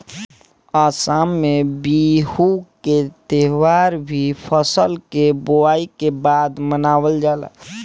आसाम में बिहू के त्यौहार भी फसल के बोआई के बाद मनावल जाला